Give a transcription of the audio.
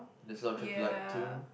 there's a lot of traffic light too